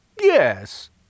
Yes